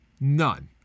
None